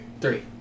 Three